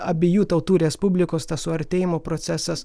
abiejų tautų respublikos tas suartėjimo procesas